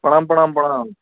प्रणाम प्रणाम प्रणाम